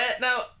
Now